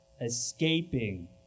escaping